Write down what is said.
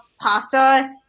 pasta